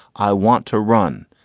i want to run.